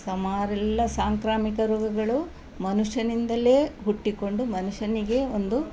ಸುಮಾರೆಲ್ಲ ಸಾಂಕ್ರಾಮಿಕ ರೋಗಗಳು ಮನುಷ್ಯನಿಂದಲೇ ಹುಟ್ಟಿಕೊಂಡು ಮನುಷ್ಯನಿಗೇ ಒಂದು